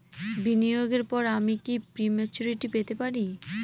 বিনিয়োগের পর আমি কি প্রিম্যচুরিটি পেতে পারি?